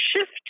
shift